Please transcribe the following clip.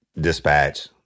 dispatch